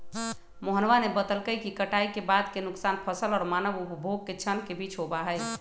मोहनवा ने बतल कई कि कटाई के बाद के नुकसान फसल और मानव उपभोग के क्षण के बीच होबा हई